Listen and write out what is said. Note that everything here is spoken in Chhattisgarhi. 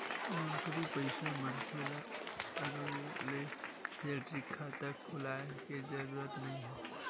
नउकरी पइसा मनखे ल अलगे ले सेलरी खाता खोलाय के जरूरत नइ हे